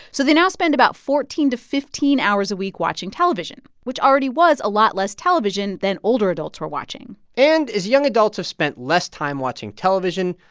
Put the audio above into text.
so they now spend about fourteen to fifteen hours a week watching television, which already was a lot less television than older adults were watching and as young adults have spent less time watching television,